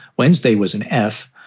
wednesday was an f.